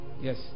Yes